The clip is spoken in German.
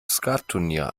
skattunier